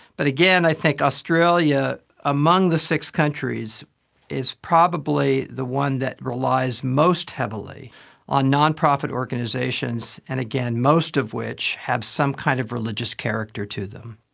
but again, i think australia among the six countries is probably the one that relies most heavily on non-profit organisations, and again, most of which have some kind of religious character to them.